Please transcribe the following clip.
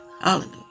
hallelujah